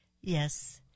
Yes